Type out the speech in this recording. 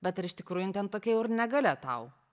bet ar iš tikrųjų jin ten tokia jau ir negalia tau